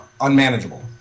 unmanageable